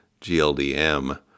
GLDM